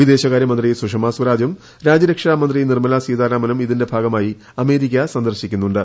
വിദേശകാരൃമന്ത്രി സുഷമ സ്വരാജും രാജ്യരക്ഷാമന്ത്രി നിർമ്മലാ സീതാരാമനും ഇതിന്റെ ഭാഗമായി അമേരിക്ക സന്ദർശിക്കുന്നുണ്ട്